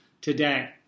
today